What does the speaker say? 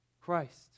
Christ